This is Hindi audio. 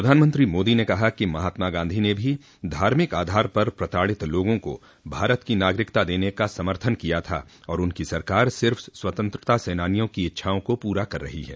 प्रधानमंत्री मोदी ने कहा कि महात्मा गांधी ने भी धार्मिक आधार पर प्रताडित लोगों को भारत की नागरिकता देने का समर्थन किया था और उनकी सरकार सिर्फ़ स्वतंत्रता सेनानियों की इच्छाओं को पूरा कर रही है